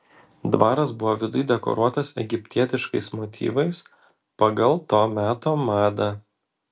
dvaras buvo viduj dekoruotas egiptietiškais motyvais pagal to meto madą